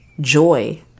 joy